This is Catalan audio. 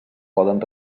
poden